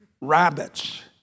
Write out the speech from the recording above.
Rabbits